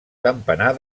campanar